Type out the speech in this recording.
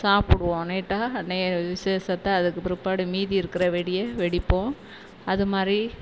சாப்பிடுவோம் நீட்டாக நெ விசேஷத்தை அதுக்கு பிற்பாடு மீதி இருக்கிற வெடியை வெடிப்போம் அதுமாதிரி